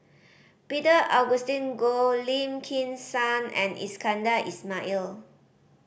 Peter Augustine Goh Lim Kim San and Iskandar Ismail